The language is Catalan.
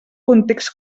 context